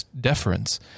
deference